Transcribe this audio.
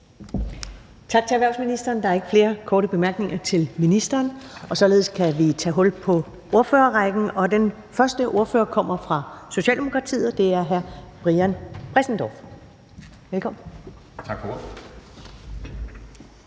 Tak til erhvervsministeren. Der er ikke flere korte bemærkninger til ministeren. Således kan vi tage hul på ordførerrækken, og den første ordfører kommer fra Socialdemokratiet, og det er hr. Brian Bressendorff. Velkommen. Kl.